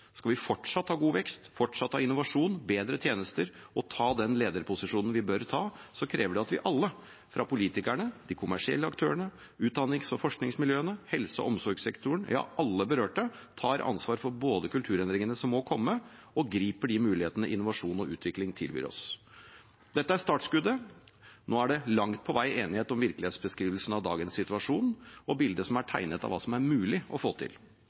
Skal vi fortsatt ha god vekst, fortsatt ha innovasjon og bedre tjenester og ta den lederposisjonen vi bør ta, krever det at vi alle – politikerne, de kommersielle aktørene, utdannings- og forskningsmiljøene, helse- og omsorgssektoren, ja alle berørte – tar ansvar for både kulturendringene som må komme, og griper de mulighetene innovasjon og utvikling tilbyr oss. Dette er startskuddet. Nå er det langt på vei enighet om virkelighetsbeskrivelsen av dagens situasjon og bildet som er tegnet av hva som er mulig å få til: